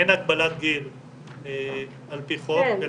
אין הגבלת גיל על פי חוק.